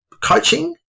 coaching